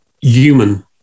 human